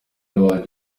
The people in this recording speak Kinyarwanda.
yabaye